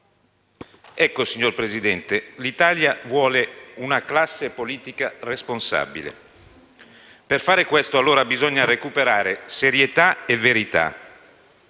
Ecco, signor Presidente, l'Italia vuole una classe politica responsabile. Per fare questo, allora, bisogna recuperare serietà e verità.